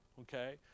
okay